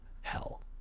hell